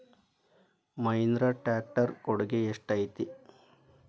Mahindra tractor ಕೊಡುಗೆ ಎಷ್ಟು ಐತಿ?